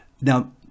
Now